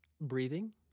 Breathing